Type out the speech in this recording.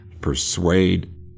persuade